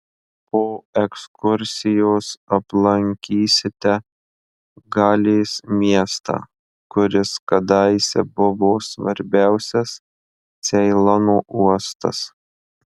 po ekskursijos aplankysite galės miestą kuris kadaise buvo svarbiausias ceilono uostas